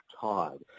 Todd